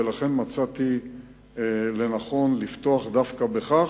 ולכן מצאתי לנכון לפתוח דווקא בכך.